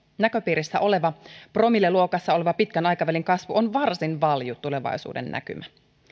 näköpiirissä oleva promilleluokassa oleva pitkän aikavälin kasvu on varsin valju tulevaisuudennäkymä